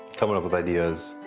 coming up with ideas,